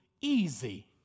easy